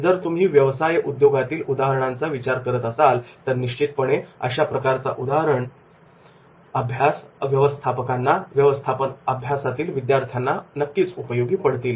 जर तुम्ही व्यवसाय उद्योगातील उदाहरणांचा विचार करत असाल तर निश्चितपणे अशा प्रकारचा उदाहरण अभ्यास व्यवस्थापकांना व्यवस्थापन अभ्यासातील विद्यार्थ्यांना उपयोगी पडतील